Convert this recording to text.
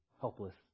helpless